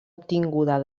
obtinguda